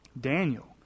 Daniel